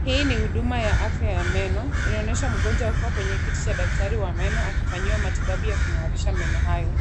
Hii ni huduma ya afya ya meno inaonyesha mgonjwa akiwa kwenye kiti cha daktari wa meno akifanyiwa matibabu ya kung'arisha meno hayo.